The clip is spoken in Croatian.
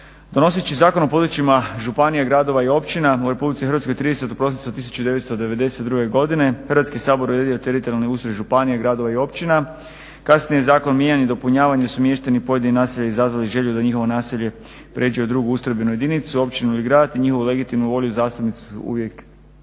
Donoseći Zakon o područjima županija, gradova i općina u Republici Hrvatskoj 30. prosinca 1992. godine Hrvatski sabor je odredio teritorijalne i …/Govornik se ne razumije./… županija, gradova i općina, kasnije Zakon o mijenjanju i dopunjavanju su mještani pojedinih naselja izazvali želju da njihovo naselje pređe u drugu ustrojbenu jedinicu općinu ili grad i njihovu legitimnu volju zastupnici su uvijek